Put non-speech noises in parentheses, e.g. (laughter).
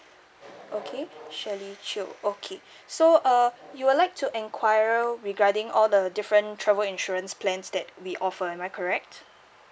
okay shirley chew okay (breath) so uh you would like to enquire regarding all the different travel insurance plans that we offer am I correct